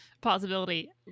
possibility